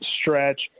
stretch